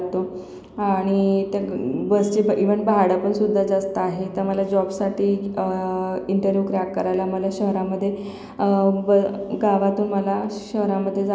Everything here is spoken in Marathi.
आणि त्या ग् बसची प् इवन भाडं पण सुद्धा जास्त आहे तर मला जॉबसाठी इंटरव्यू क्रॅक करायला मला शहरामध्ये ब् गावातून मला शहरामध्ये जावं लागतं